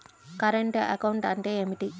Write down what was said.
Current account అంటే ఏమిటి?